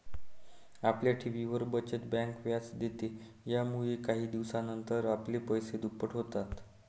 आपल्या ठेवींवर, बचत बँक व्याज देते, यामुळेच काही दिवसानंतर आपले पैसे दुप्पट होतात